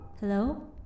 Hello